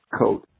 code